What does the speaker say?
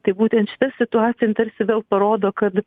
tai būtent šita situacija jin tarsi vėl parodo kad